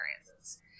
experiences